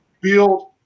build